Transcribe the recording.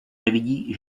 nevidí